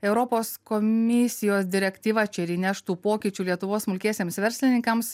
europos komisijos direktyva čia ir įneštų pokyčių lietuvos smulkiesiems verslininkams